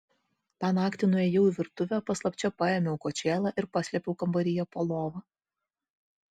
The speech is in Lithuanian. tą naktį nuėjau į virtuvę paslapčia paėmiau kočėlą ir paslėpiau kambaryje po lova